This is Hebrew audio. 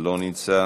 לא נמצא.